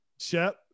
Shep